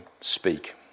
speak